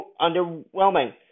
underwhelming